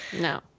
No